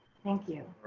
thank you.